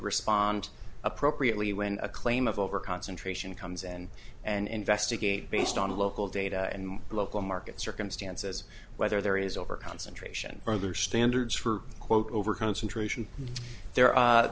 respond appropriately when a claim of overconcentration comes and and investigate based on local data and local market circumstances whether there is over concentration or other standards for quote overconcentration there